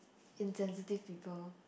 insensitive people